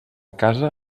casa